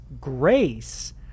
grace